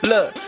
Look